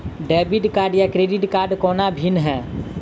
Debit card आ credit कोना भिन्न है?